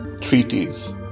treaties